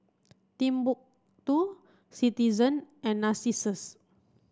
Timbuk two Citizen and Narcissus